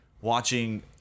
watching